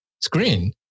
screen